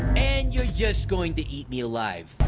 and you're just going to eat me alive.